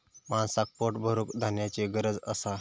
माणसाक पोट भरूक धान्याची गरज असा